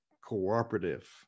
cooperative